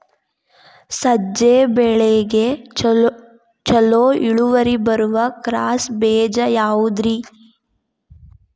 ಸಜ್ಜೆ ಬೆಳೆಗೆ ಛಲೋ ಇಳುವರಿ ಬರುವ ಕ್ರಾಸ್ ಬೇಜ ಯಾವುದ್ರಿ?